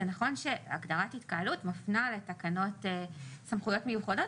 זה נכון שהגדרת התקהלות מפנה לתקנות סמכויות מיוחדות,